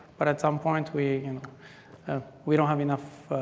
but at some point we and ah we don't have enough